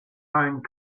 find